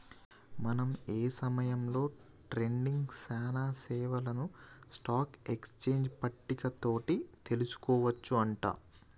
మనం ఏ సమయంలో ట్రేడింగ్ సానా సేవలను స్టాక్ ఎక్స్చేంజ్ పట్టిక తోటి తెలుసుకోవచ్చు అంట